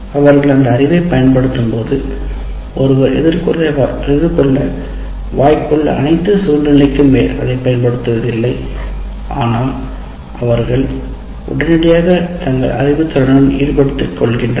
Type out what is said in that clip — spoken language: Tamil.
அவர்கள் அறிவைப் பயன்படுத்தும்போது ஒருவர் எதிர்கொள்ள வாய்ப்புள்ள அனைத்து சூழ்நிலைக்கும் அதைப் பயன்படுத்துவதில்லை ஆனால் அவர்கள் உடனடியாக தங்கள் அறிவுத் திறனுடன் ஈடுபடுத்திக் கொள்கின்றனர்